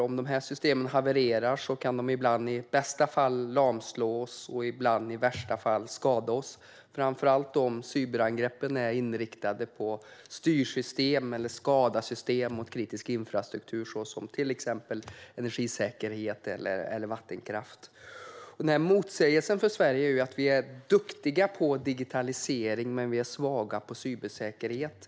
Om dessa system havererar kan de nämligen ibland i bästa fall lamslås och i värsta fall skada oss, framför allt om cyberangreppen är inriktade på styrsystem och på att skada system för kritisk infrastruktur, till exempel energisäkerhet eller vattenkraft. Motsägelsen för Sverige är att vi är duktiga på digitalisering men svaga på cybersäkerhet.